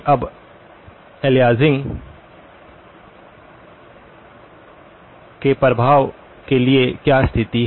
अब अलियासिंग के प्रभाव के लिए क्या स्थिति है